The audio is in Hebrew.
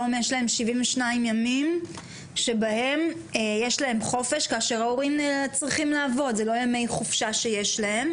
72 ימי חופש בעוד שלהורים אין את ימי החופשה הללו והם נאלצים לעבוד.